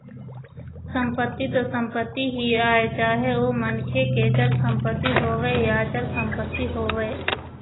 संपत्ति तो संपत्ति ही आय चाहे ओ मनखे के चल संपत्ति होवय या अचल संपत्ति होवय